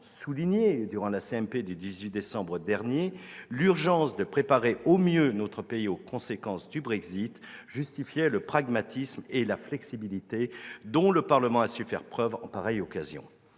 mixte paritaire du 18 décembre dernier : l'urgence de préparer au mieux notre pays aux conséquences du Brexit justifiait le pragmatisme et la flexibilité dont le Parlement a su faire preuve en cette occasion.